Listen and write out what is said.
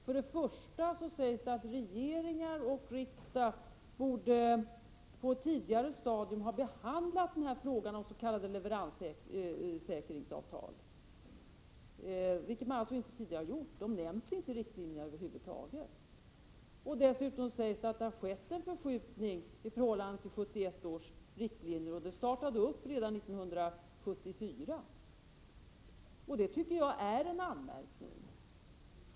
Först och främst sägs att regeringar och riksdag borde på ett tidigare stadium ha behandlat frågan om s.k. leveranssäkringsavtal, vilket man alltså inte tidigare har gjort. De nämns över huvud taget inte i riktlinjerna. Dessutom sägs att det har skett en förskjutning i förhållande till 1971 års riktlinje, och den startade redan 1974. Detta tycker jag är en anmärkning.